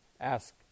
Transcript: ask